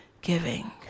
giving